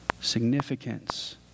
Significance